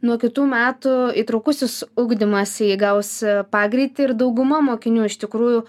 nuo kitų metų įtraukusis ugdymas įgaus pagreitį ir dauguma mokinių iš tikrųjų